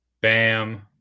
Bam